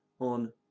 on